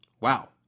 Wow